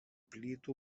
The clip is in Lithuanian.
plytų